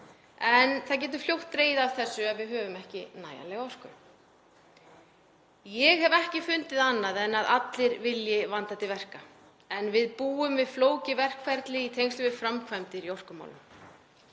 en það getur fljótt dregið af þessu ef við höfum ekki nægjanlega orku. Ég hef ekki fundið annað en að allir vilji vanda til verka, en við búum við flókið verkferli í tengslum við framkvæmdir í orkumálum.